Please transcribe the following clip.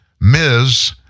Ms